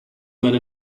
matter